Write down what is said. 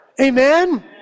Amen